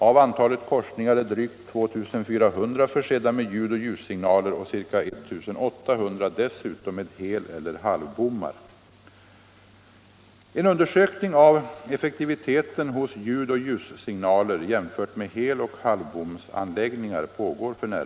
Av antalet korsningar är drygt 2400 försedda med ljud och ljussignaler och ca 1800 dessutom med hel eller halvbommar.